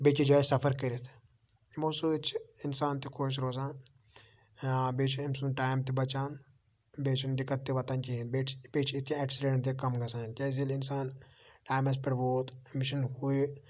بیٚکِس جایہِ سَفَر کٔرِتھ یِمو سۭتۍ چھِ اِنسان تہِ خۄش روزان بیٚیہِ چھُ أمۍ سُنٛد ٹایم تہِ بَچان بیٚیہِ چھُنہٕ دِقَت تہِ واتان کِہیٖنۍ بیٚیہِ چھِ بیٚیہِ چھِ أتی اٮ۪کسِڈٮ۪نٛٹ تہِ کَم گَژھان کیٛازِ ییٚلہِ اِنسان ٹایمَس پٮ۪ٹھ ووت أمِس چھِنہٕ ہُے